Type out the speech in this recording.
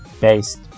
based